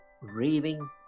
raving